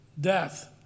death